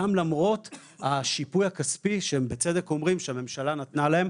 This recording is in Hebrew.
גם למרות השיפוי הכספי שהם בצדק אומרים שהממשלה נתנה להם,